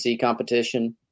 competition